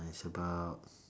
uh it's about